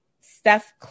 Steph